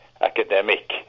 academic